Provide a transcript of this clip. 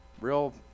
real